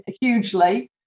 hugely